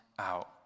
out